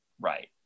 right